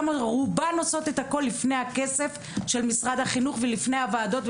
ורובן עושות את הכול לפני הכסף של משרד החינוך ולפני הוועדות,